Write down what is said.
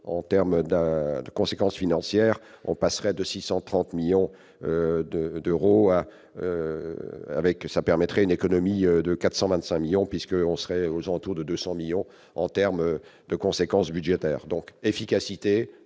en termes de de conséquences financières, on passerait de 630 millions de d'euros avec ça permettrait une économie de 425 millions puisque on serait aux gens autour de 200 millions en terme de conséquences budgétaires donc efficacité